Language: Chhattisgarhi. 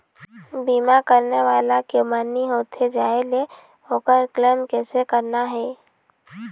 बीमा करने वाला के मरनी होथे जाय ले, ओकर क्लेम कैसे करना हे?